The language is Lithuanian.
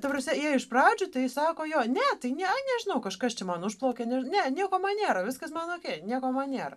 ta prasme jie iš pradžių tai sako jo ne tai ne nežinau kažkas čia man užplaukė ne nieko man nėra viskas man okei nieko man nėra